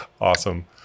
Awesome